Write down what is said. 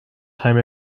time